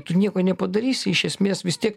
tu nieko nepadarysi iš esmės vis tiek